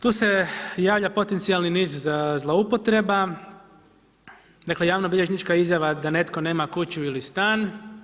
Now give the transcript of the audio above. Tu se javlja potencijalni niz za zloupotrebu, dakle javno bilježnička izjava da netko nema kuću ili stan.